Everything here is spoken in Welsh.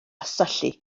syllu